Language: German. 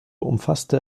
umfasste